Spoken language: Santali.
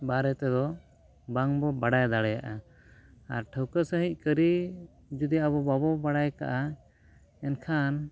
ᱵᱟᱨᱮ ᱛᱮᱫᱚ ᱵᱟᱝᱵᱚᱱ ᱵᱟᱲᱟᱭ ᱫᱟᱲᱮᱭᱟᱜᱼᱟ ᱟᱨ ᱴᱷᱟᱹᱶᱠᱟᱹ ᱥᱟᱺᱦᱤᱡ ᱠᱟᱹᱨᱤ ᱡᱩᱫᱤ ᱟᱵᱚ ᱵᱟᱵᱚ ᱵᱟᱲᱟᱭ ᱠᱟᱜᱼᱟ ᱮᱱᱠᱷᱟᱱ